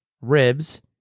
ribs